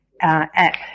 app